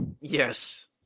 Yes